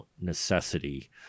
necessity